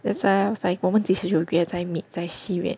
that's why I was like 我们几时走 leh meet 在戏院